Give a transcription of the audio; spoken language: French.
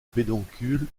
pédoncules